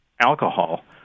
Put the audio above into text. alcohol